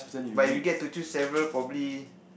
but you get to choose several probably